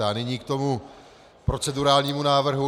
A nyní k tomu procedurálnímu návrhu.